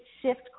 shift